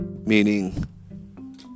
meaning